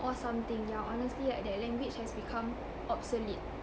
or something yeah honestly right that language has become obsolete